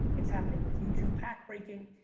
it's happening with youtube pack breaking,